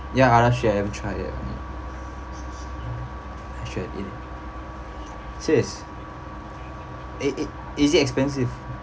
ya ala~ shit haven't tried it I should have eat it serious it it is it expensive